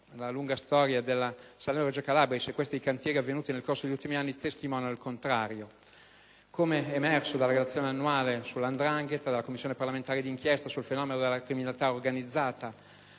La lunga storia della Salerno-Reggio Calabria e i sequestri dei cantieri avvenuti nel corso degli ultimi anni testimoniano il contrario. Come emerso dalla relazione annuale sulla 'ndrangheta della Commissione parlamentare d'inchiesta sul fenomeno della criminalità organizzata